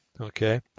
Okay